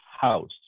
house